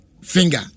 finger